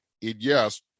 Yes